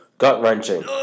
Gut-wrenching